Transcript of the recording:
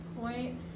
point